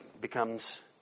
becomes